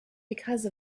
because